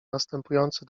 następujący